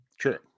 Sure